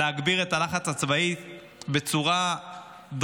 אנחנו צריכים להגביר את הלחץ הצבאי בצורה דרסטית,